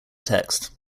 text